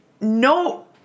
no